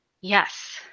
yes